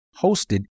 hosted